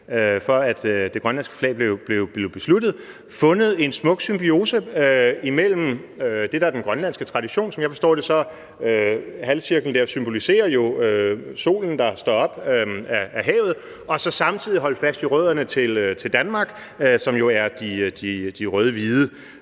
om det grønlandske flag, på den måde har opnået en smuk symbiose imellem det, der er den grønlandske tradition – som jeg forstår det, symboliserer halvcirklen jo solen, der står op af havet – og så samtidig holde fast i rødderne og båndet til Danmark, symboliseret ved de rød-hvide